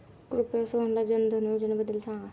कृपया सोहनला जनधन योजनेबद्दल सांगा